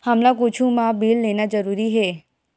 हमला कुछु मा बिल लेना जरूरी हे?